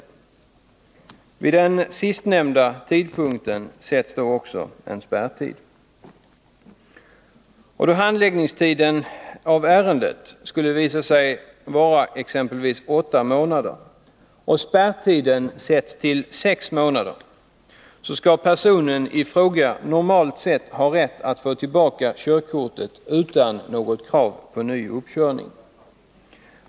Vid den sistnämnda tidpunkten sätts också en spärrtid. handläggningstiden av ärenden skulle visa sig vara exempelvis åtta månader och spärrtiden sätts till sex månader, skall personen i fråga normalt sett ha rätt att få tillbaka körkortet utan något krav på ny uppkörning.